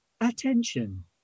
attention